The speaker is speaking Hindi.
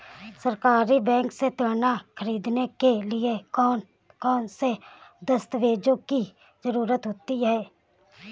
सहकारी बैंक से ऋण ख़रीदने के लिए कौन कौन से दस्तावेजों की ज़रुरत होती है?